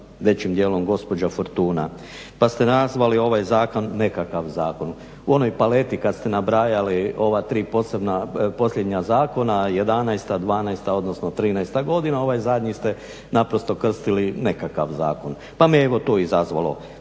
većim dijelom gospođa Fortuna, pa ste nazvali ovaj zakon nekakav zakon. U onoj paleti kad ste nabrajali ova tri posljednja zakona, jedanaesta, dvanaesta, odnosno trinaesta godina ovaj zadnji ste naprosto krstili nekakav zakon, pa mi je evo to izazvalo,